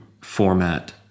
format